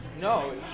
No